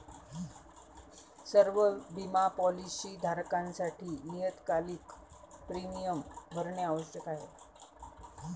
सर्व बिमा पॉलीसी धारकांसाठी नियतकालिक प्रीमियम भरणे आवश्यक आहे